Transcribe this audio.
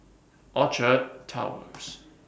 Orchard Towers